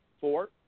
four